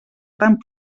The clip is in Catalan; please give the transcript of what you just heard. tant